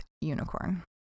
unicorn